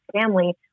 family